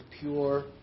pure